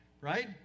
right